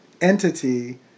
entity